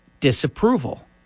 disapproval